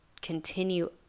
continue